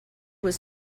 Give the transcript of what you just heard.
was